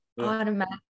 automatic